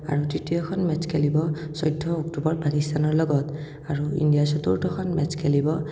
আৰু তৃতীয়খন মেটছ খেলিব চৈধ্য অক্টোবৰত পাকিস্তানৰ লগত আৰু ইণ্ডিয়াই চতুৰ্থখন মেটছ খেলিব